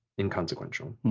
inconsequential.